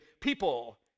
people